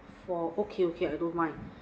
for okay okay I don't mind